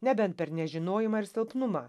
nebent per nežinojimą ir silpnumą